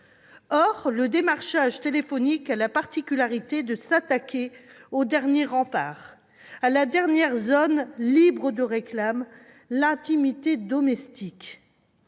Or le démarchage téléphonique a la particularité de s'attaquer au dernier rempart, à la dernière zone libre de réclames : l'intimité domestique.